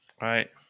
Right